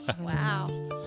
Wow